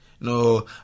no